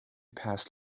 pass